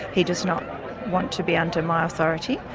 he does not want to be under my authority.